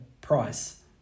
price